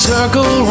Circle